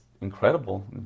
incredible